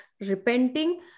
repenting